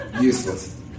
Useless